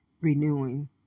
renewing